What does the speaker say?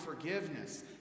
forgiveness